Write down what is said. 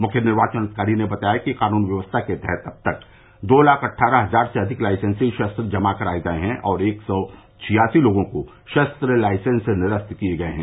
मुख्य निर्वाचन अधिकारी ने बताया कि कानून व्यवस्था के तहत अब तक दो लाख अट्ठारह हजार से अधिक लाईसेंसी शस्त्र जमा कराये गये हैं और एक सौ छियासी लोगों के शस्त्र लाईसेंस निरस्त किये गये हैं